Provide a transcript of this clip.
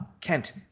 Kent